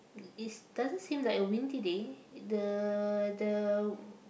is doesn't seems like a windy day the the